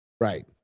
Right